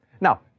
Now